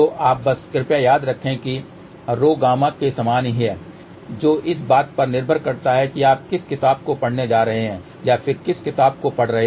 तो आप बस कृपया याद रखें कि आरएचओ गामा के समान ही है जो इस बात पर निर्भर करता है कि आप किस किताब को पढ़ने जा रहे हैं या आप किस किताब को पढ़ रहे हैं